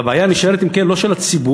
והבעיה נשארת, אם כן, והיא לא של הציבור,